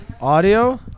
Audio